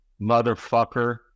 motherfucker